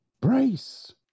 Brace